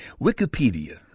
Wikipedia